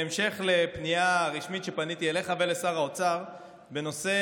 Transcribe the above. בהמשך לפנייה רשמית שפניתי אליך ואל שר האוצר בנושא